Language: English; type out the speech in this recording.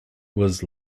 was